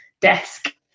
desk